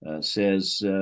says